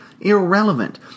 irrelevant